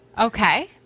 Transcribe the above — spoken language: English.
Okay